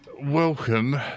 welcome